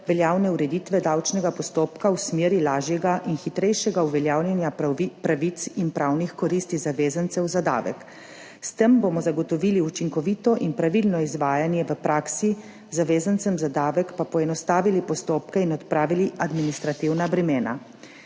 veljavne ureditve davčnega postopka v smeri lažjega in hitrejšega uveljavljanja pravic in pravnih koristi zavezancev za davek. S tem bomo zagotovili učinkovito in pravilno izvajanje v praksi, zavezancem za davek pa poenostavili postopke in odpravili administrativna bremena.